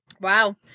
Wow